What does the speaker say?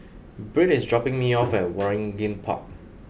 Britt is dropping me off at Waringin Park